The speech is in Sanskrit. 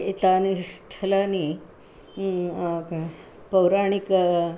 एतानि स्थलानि पौराणिकम्